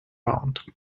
round